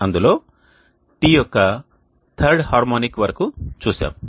అందులో τ యొక్క third harmonic వరకు చూసాము